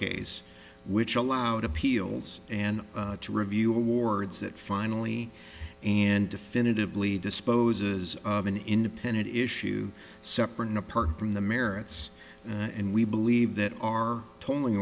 case which allowed appeals and to review awards that finally and definitively disposes of an independent issue separate and apart from the merits and we believe that our to